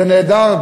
זה נהדר.